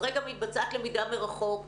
כרגע מתבצעת למידה מרחוק,